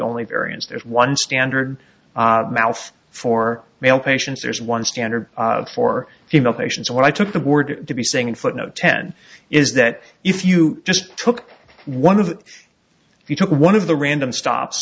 only variance there's one standard mouth for male patients there's one standard for female patients when i took the word to be singing footnote ten is that if you just took one of if you took one of the random stops